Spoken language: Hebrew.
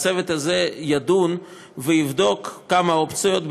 הצוות הזה ידון ויבדוק כמה אופציות,